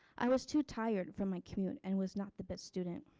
i was too tired from my commute and was not the best student.